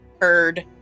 heard